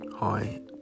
Hi